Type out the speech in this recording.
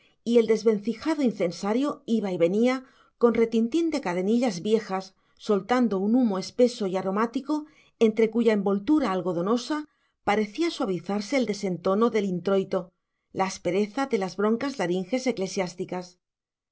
y el desvencijado incensario iba y venía con retintín de cadenillas viejas soltando un humo espeso y aromático entre cuya envoltura algodonosa parecía suavizarse el desentono del introito la aspereza de las broncas laringes